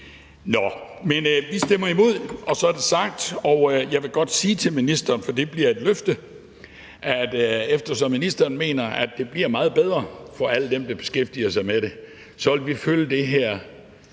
vi stemmer imod, og så er det sagt, og jeg vil godt sige til ministeren, for det bliver et løfte, at vi, eftersom ministeren mener, at det bliver meget bedre for alle dem, der beskæftiger sig med det, så vil følge det her